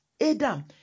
Adam